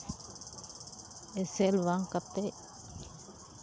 ᱮᱥᱮᱞ ᱵᱟᱝ ᱠᱟᱛᱮᱫ